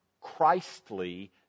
Christly